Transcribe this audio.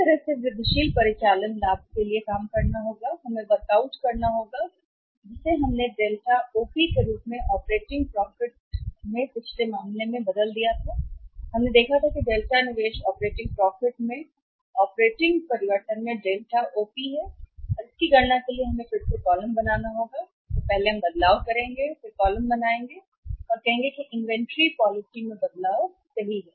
तो उसी तरह से वृद्धिशील परिचालन लाभ वृद्धिशीलता के लिए काम करना होगा वर्क आउट करें जिसे हमने डेल्टा ओपी के रूप में ऑपरेटिंग प्रॉफिट में पिछले मामले में बदल दिया है हमने देखा है कि डेल्टा निवेश ऑपरेटिंग प्रॉफिट में ऑपरेटिंग परिवर्तन में डेल्टा ओपी है और इसकी गणना के लिए फिर से हमें कॉलम बनाना होगा पहले हम पहले बदलाव करेंगे पहला कॉलम बनाना होगा जो कहेगा कि इन्वेंट्री पॉलिसी में बदलाव सही है